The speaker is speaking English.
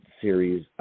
series